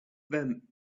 them